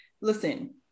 listen